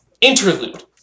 Interlude